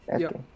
Okay